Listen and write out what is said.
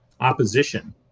opposition